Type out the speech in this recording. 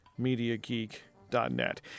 MediaGeek.net